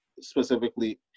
specifically